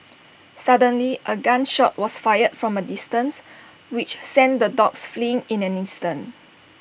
suddenly A gun shot was fired from A distance which sent the dogs fleeing in an instant